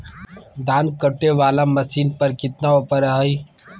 धान कटे बाला मसीन पर कितना ऑफर हाय?